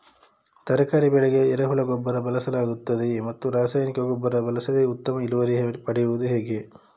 ತರಕಾರಿ ಬೆಳೆಗೆ ಎರೆಹುಳ ಗೊಬ್ಬರ ಬಳಸಲಾಗುತ್ತದೆಯೇ ಮತ್ತು ರಾಸಾಯನಿಕ ಗೊಬ್ಬರ ಬಳಸದೆ ಉತ್ತಮ ಇಳುವರಿ ಪಡೆಯುವುದು ಹೇಗೆ?